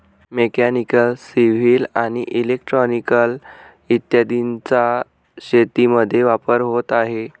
mechanical, civil आणि electrical इत्यादींचा शेतीमध्ये वापर होत आहे